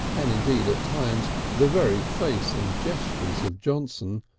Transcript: and indeed at times the very face and gestures of johnson,